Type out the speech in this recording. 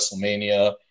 WrestleMania-